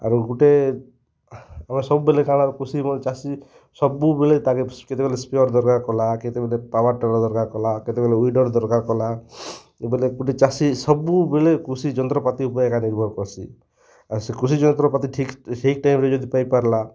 ଆରୁ ଗୁଟେ ଆର୍ ସବୁବେଲେ କାଣା କୃଷି ଚାଷୀ ସବୁବେଲେ ତା'କେ କେତେବେଲେ ସ୍ପ୍ରେୟର୍ ଦରକାର୍ କଲା କେତେବେଲେ ପାୱାର୍ ଟିଲର୍ ଦରକାର୍ କଲା କେତେବେଲେ ୱିଡ଼ର୍ ଦରକାର୍ କଲା ବେଲେ ଗୁଟେ ଚାଷୀ ସବୁବେଲେ କୃଷି ଯନ୍ତ୍ରପାତି ଉପ୍ରେ ଏକା ନିର୍ଭର୍ କର୍ସି ଆଉ ସେ କୃଷି ଯନ୍ତ୍ରପାତି ଠିକ୍ ସେଇ ଟାଇମ୍ରେ ଯଦି ପାଇପାର୍ଲା